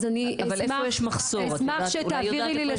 אז אני אשמח שתעבירי לי,